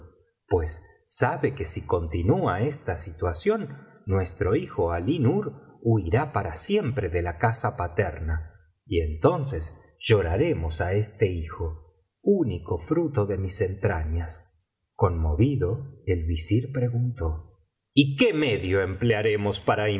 pues sabe que si continúa esta situación nuestro hijo alí nur huirá para siempre de la casa paterna y entonces lloraremos á este hijo único fruto de mis entrañas conmovido el visir preguntó y qué medio emplearemos para